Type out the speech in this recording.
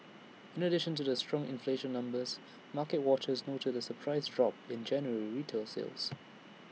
in addition to the strong inflation numbers market watchers the surprise drop in January retail sales